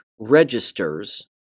Registers